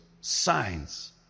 signs